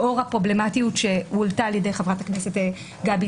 לאור הפרובלמטיות שהעלתה חברת הכנסת גבי